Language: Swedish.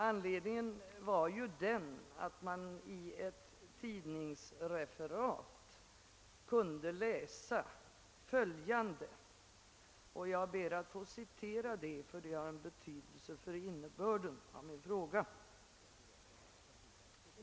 Anledningen var att man i ett tidningsreferat kunde läsa följande — jag ber att få citera det, eftersom det har betydelse för innebörden av min fråga.